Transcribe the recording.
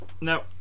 no